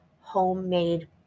homemade